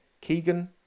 Keegan